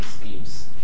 schemes